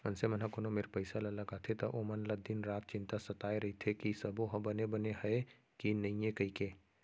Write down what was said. मनसे मन ह कोनो मेर पइसा ल लगाथे त ओमन ल दिन रात चिंता सताय रइथे कि सबो ह बने बने हय कि नइए कइके